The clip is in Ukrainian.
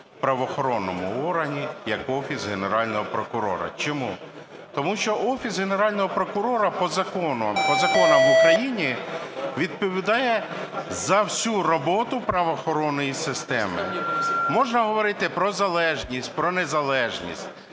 правоохоронному органі як Офіс Генерального прокурора. Чому? Тому що Офіс Генерального прокурора по законам в Україні відповідає за всю роботу правоохоронної системи. Можна говорити про залежність, про незалежність,